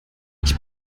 ich